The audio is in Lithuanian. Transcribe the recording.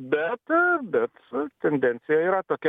bet bet tendencija yra tokia